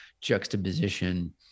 juxtaposition